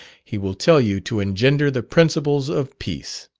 he will tell you to engender the principles of peace.